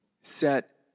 set